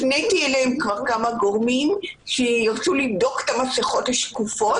הפניתי אליהם כמה גורמים שירצו לבדוק את המסכות השקופות.